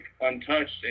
untouched